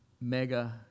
mega